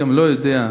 אני גם לא יודע,